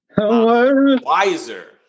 Wiser